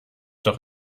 doch